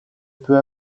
peut